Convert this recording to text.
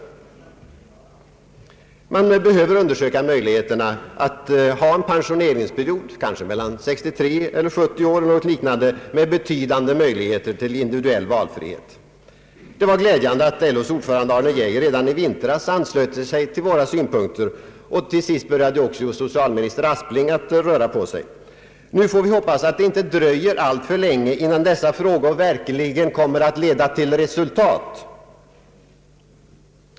Man behöver undersöka möjligheterna att ha en pensioneringsperiod, kanske 63—70 år eller något liknande, med betydande möjligheter till individuell valfrihet. Det var glädjande att LO:s ordförande Arne Geijer redan i vintras anslöt sig till våra synpunkter och att till sist också socialminister Aspling äntligen började röra på sig. Nu får vi hoppas att det inte dröjer alltför länge innan dessa frågor verkligen blir utredda och leder till resultat.